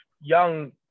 young